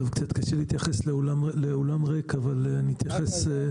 קצת קשה להתייחס לאולם ריק אבל אני אתייחס --- ככה זה.